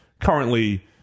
currently